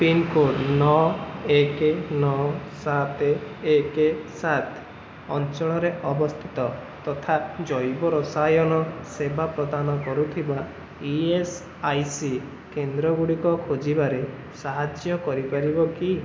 pincode ନଅ ଏକ ନଅ ସାତ ଏକ ସାତ ଅଞ୍ଚଳରେ ଅବସ୍ଥିତ ତଥା ଜୈବ ରସାୟନ ସେବା ପ୍ରଦାନ କରୁଥିବା ଇ ଏସ୍ ଆଇ ସି କେନ୍ଦ୍ରଗୁଡ଼ିକ ଖୋଜିବାରେ ସାହାଯ୍ୟ କରିପାରିବ କି